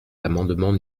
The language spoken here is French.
l’amendement